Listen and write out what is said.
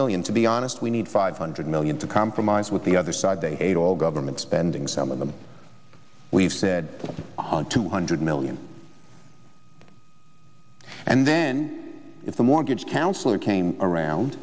million to be honest we need five hundred million to compromise with the other side they hate all government spending some of them we've said on two hundred million and then if the mortgage counselor came around